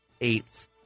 eighth